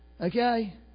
Okay